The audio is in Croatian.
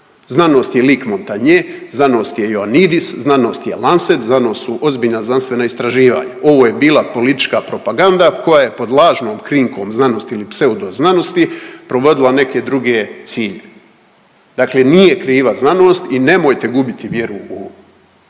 znanost je Luc Montagnier, znanost je Ioannidis, znanost je Lancet, znanost su ozbiljna znanstvena istraživanja. Ovo je bila politička propaganda koja je pod lažnom krinkom znanosti ili pseudoznanosti provodila neke druge ciljeve, dakle nije kriva znanost i nemojte gubiti vjeru u